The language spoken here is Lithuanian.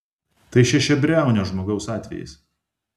tai šešiabriaunio žmogaus atvejis